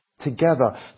Together